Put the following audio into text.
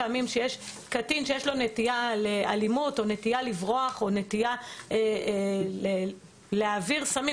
קטין שיש לו נטייה אלימות או נטייה לברוח או נטייה להעביר סמים,